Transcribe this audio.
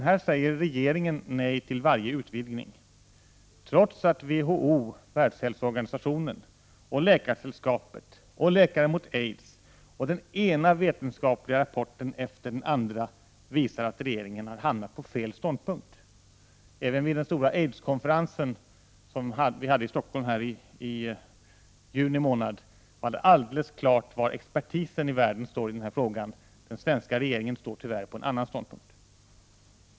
Här säger regeringen nej till varje utvidgning, trots att Världshälsoorganisationen, Läkaresällskapet, Läkare mot aids och den ena vetenskapliga rapporten efter den andra visar att regeringen har hamnat på fel ståndpunkt. Även vid den stora aidskonferensen här i Stockholm i juni var det helt klart var expertisen i världen står i denna fråga, men den svenska regeringen står tyvärr på en annan ståndpunkt.